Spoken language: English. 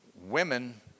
Women